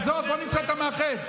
עזוב, בוא נמצא את המאחד.